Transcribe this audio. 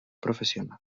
professional